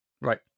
Right